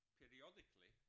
periodically